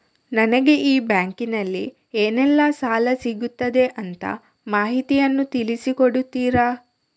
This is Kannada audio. ನನಗೆ ಈ ಬ್ಯಾಂಕಿನಲ್ಲಿ ಏನೆಲ್ಲಾ ಸಾಲ ಸಿಗುತ್ತದೆ ಅಂತ ಮಾಹಿತಿಯನ್ನು ತಿಳಿಸಿ ಕೊಡುತ್ತೀರಾ?